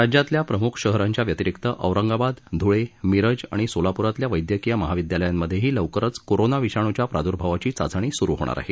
राज्यातल्या प्रमुख शहरांच्या व्यतिरीक्त औरंगाबाद ध्वळे मिरज आणि सोलाप्रातल्या वैदयकीय महाविदयालयांमध्येही लवकरच कोरोना विषाणूच्या प्रादुर्भावाची चाचणी सुरू होणार आहे